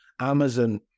Amazon